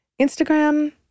Instagram